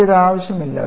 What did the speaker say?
നമുക്ക് ഇത് ആവശ്യമില്ല